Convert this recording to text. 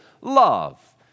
love